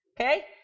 Okay